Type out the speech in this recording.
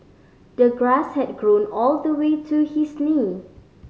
the grass had grown all the way to his knee